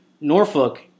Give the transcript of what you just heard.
Norfolk